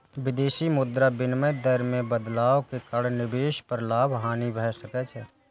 विदेशी मुद्रा विनिमय दर मे बदलाव के कारण निवेश पर लाभ, हानि भए सकै छै